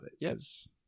yes